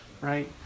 right